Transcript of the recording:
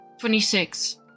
26